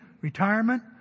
retirement